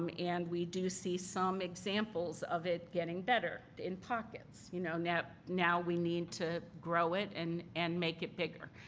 and we do see some examples of it getting better in pockets. you know? now now we need to grow it and and make it bigger.